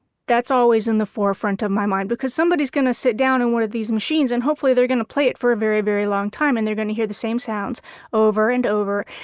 that's always in the forefront of my mind, because somebody's going to sit down at and one of these machines, and hopefully they're going to play it for a very, very long time, and they're going to hear the same sounds over and over,